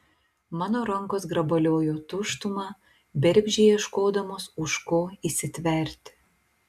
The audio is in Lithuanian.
mano rankos grabaliojo tuštumą bergždžiai ieškodamos už ko įsitverti